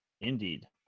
Indeed